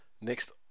next